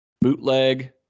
bootleg